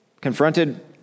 Confronted